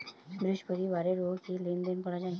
বৃহস্পতিবারেও কি লেনদেন করা যায়?